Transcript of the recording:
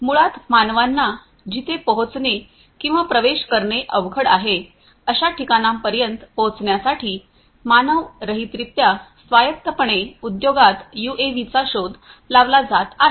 मुळात मानवांना जिथे पोहोचणे किंवा प्रवेश करणे अवघड आहे अशा ठिकाणांपर्यंत पोहोचण्यासाठी मानव रहितरित्या स्वायत्तपणे उद्योगात यूएव्हीचा शोध लावला जात आहे